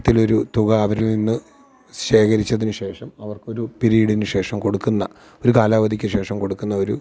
മാസത്തിൽ ഒരു തുക അവരില് നിന്ന് ശേഖരിച്ചതിന് ശേഷം അവര്ക്ക് ഒരു പിരീഡിന് ശേഷം കൊടുക്കുന്ന ഒരു കാലാവധിക്ക് ശേഷം കൊടുക്കുന്ന ഒരു